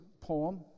poem